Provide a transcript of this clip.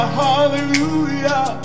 hallelujah